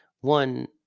one